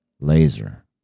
laser